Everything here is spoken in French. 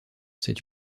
cette